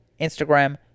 Instagram